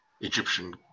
Egyptian